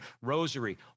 rosary